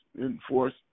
enforce